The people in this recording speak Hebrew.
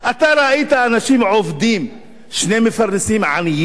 אתה ראית אנשים עובדים, שני מפרנסים, עניים.